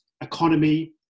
economy